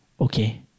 Okay